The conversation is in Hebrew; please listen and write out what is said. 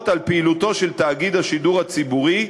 על פעילותו של תאגיד השידור הציבורי,